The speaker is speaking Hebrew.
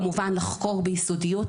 כמובן לחקור ביסודיות,